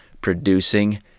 producing